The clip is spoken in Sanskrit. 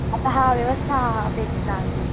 अतः व्यवस्था अपेक्षिता आसीत्